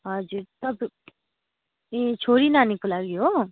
हजुर तपाईँ ए छोरी नानीको लागि हो